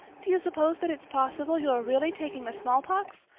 do you suppose that it's possible you're really taking the smallpox?